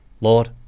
Lord